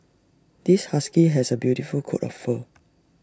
this husky has A beautiful coat of fur